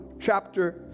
chapter